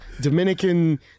Dominican